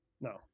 No